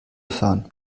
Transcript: fahren